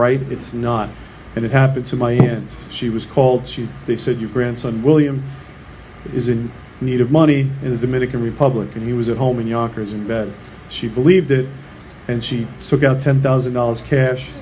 right it's not and it happened to my hands she was called she they said your grandson william is in need of money in the medical republic and he was at home in yonkers and she believed and she took out ten thousand dollars cash